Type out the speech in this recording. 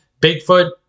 Bigfoot